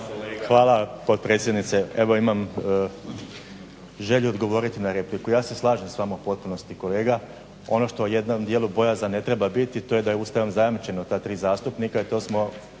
Hvala potpredsjednice. Evo imam želju odgovoriti na repliku. Ja se slažem s vama u potpunosti kolega, ono što u jednom dijelu bojazan ne treba biti, to je da je ustavom zajamčeno ta tri zastupnika i to smo